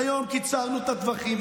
היום קיצרנו את הטווחים.